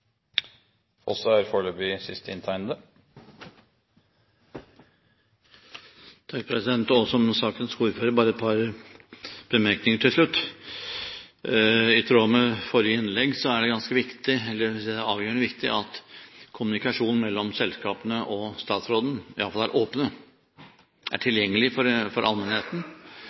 Som sakens ordfører har jeg bare et par bemerkninger til slutt. I tråd med forrige innlegg er det avgjørende viktig at kommunikasjonen mellom selskapene og statsråden i alle falle er åpen, er tilgjengelig for allmennheten, og det gjør at reglene for